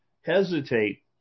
hesitate